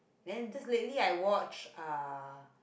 then just lately I watch uh